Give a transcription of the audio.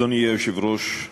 אדוני היושב-ראש,